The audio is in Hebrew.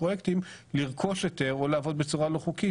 פרויקטים לרכוש או לעבוד בצורה לא חוקית,